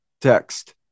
text